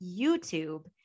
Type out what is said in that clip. YouTube